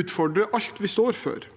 utfordrer alt vi står for.